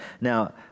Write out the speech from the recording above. Now